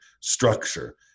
structure